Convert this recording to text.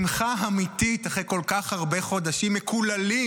שמחה אמיתית אחרי כל כך הרבה חודשים מקוללים,